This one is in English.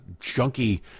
junky